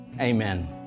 Amen